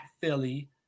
Philly